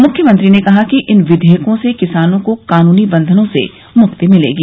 मुख्यमंत्री ने कहा कि इन विधेयकों से किसानों को कानूनी बंधनों से मुक्ति मिलेगी